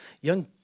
Young